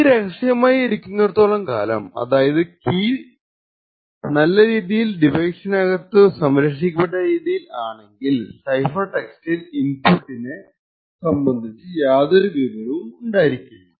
key രഹസ്യമായി ഇരിക്കുന്നിടത്തോളം കാലം അതായത് കീ നല്ല രീതിയിൽ ഡിവൈസിനകത്തു സംരക്ഷിക്കപ്പെട്ട രീതിയിൽ ആണെങ്കിൽ സൈഫർ ടെക്സ്റ്റിൽ ഇൻപുട്ടിനെ സംബന്ധിച്ച് യാതൊരു വിവരവും ഉണ്ടായിരിക്കില്ല